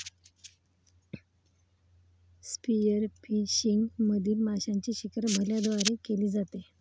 spearfishing मधील माशांची शिकार भाल्यांद्वारे केली जाते